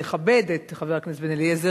לכבד את חבר הכנסת בן-אליעזר,